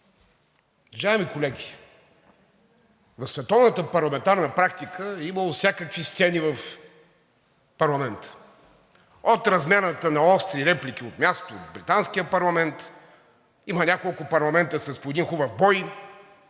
Уважаеми колеги, в световната парламентарна практика е имало всякакви сцени в парламента – от размяната на остри реплики от място в британския парламент, има няколко парламента с по един хубав бой,